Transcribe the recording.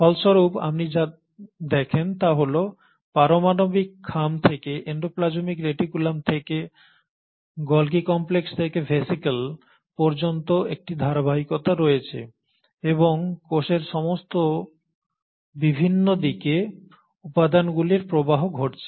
ফলস্বরূপ আপনি যা দেখেন তা হল পারমাণবিক খাম থেকে এন্ডোপ্লাজমিক রেটিকুলাম থেকে গোলজি কমপ্লেক্স থেকে ভেসিকেল পর্যন্ত একটি ধারাবাহিকতা রয়েছে এবং কোষের সমস্ত বিভিন্ন দিকে উপাদানটির প্রবাহ ঘটছে